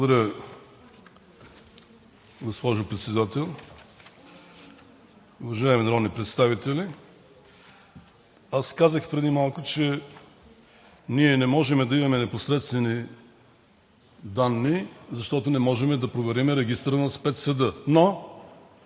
Благодаря, госпожо Председател. Уважаеми народни представители! Аз казах преди малко, че ние не можем да имаме непосредствени данни, защото не можем да проверим регистъра на Спецсъда.